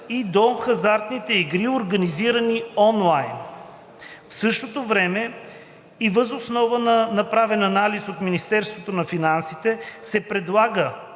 и до хазартните игри, организирани онлайн. В същото време и въз основа на направен анализ от Министерството на финансите се предлага